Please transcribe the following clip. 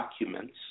documents